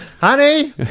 honey